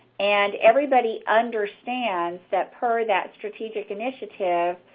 and everybody understands that per that strategic initiative,